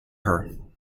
her